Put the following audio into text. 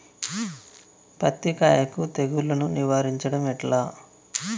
పత్తి కాయకు తెగుళ్లను నివారించడం ఎట్లా?